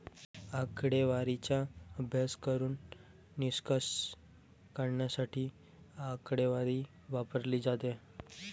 आकडेवारीचा अभ्यास करून निष्कर्ष काढण्यासाठी आकडेवारी वापरली जाते